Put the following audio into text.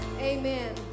Amen